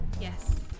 Yes